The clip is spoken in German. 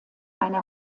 einer